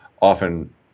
often